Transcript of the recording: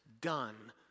done